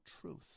truth